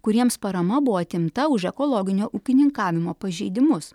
kuriems parama buvo atimta už ekologinio ūkininkavimo pažeidimus